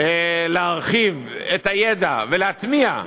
להרחיב את הידע ולהטמיע,